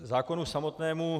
K zákonu samotnému.